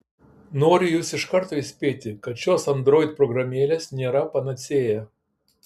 noriu jus iš karto įspėti kad šios android programėlės nėra panacėja